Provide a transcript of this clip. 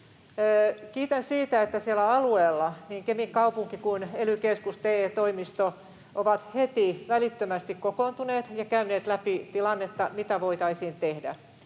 Kiitän siitä, että siellä alueella niin Kemin kaupunki kuin ely-keskus ja TE-toimisto ovat heti, välittömästi kokoontuneet ja käyneet läpi tilannetta, mitä voitaisiin tehdä.